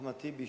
אחמד טיבי,